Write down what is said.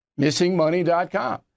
missingmoney.com